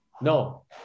no